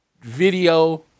video